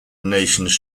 nations